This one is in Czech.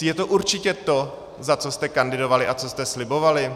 Je to určitě to, za co jste kandidovali a co jste slibovali?